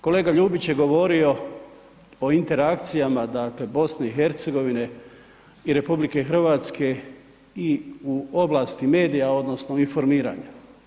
Kolega Ljubić je govorio o interakcijama dakle BiH i RH i u oblasti medija odnosno informiranja.